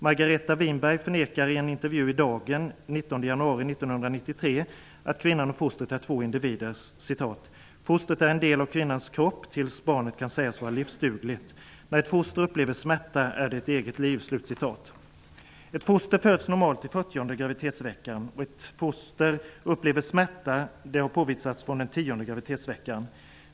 Margareta Winberg förnekar i en intervju i Dagen den 19 januari 1993 att kvinnan och fostret är två individer: ''Fostret är en del av kvinnans kropp tills barnet kan sägas vara livsdugligt. När ett foster upplever smärta är det ett eget liv''. Ett foster föds normalt i den fyrtionde graviditetsveckan, och att foster upplever smärta har påvisats från den tionde graviditetsveckan.